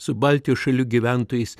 su baltijos šalių gyventojais